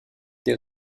des